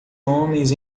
homens